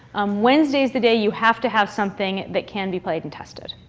um wednesday's the day you have to have something that can be play-tested.